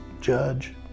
judge